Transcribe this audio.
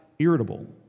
irritable